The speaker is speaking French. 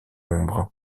ombre